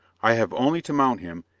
i have only to mount him,